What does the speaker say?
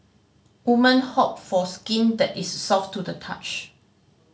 women hope for skin that is soft to the touch